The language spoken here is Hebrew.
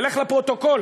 תלך לפרוטוקול,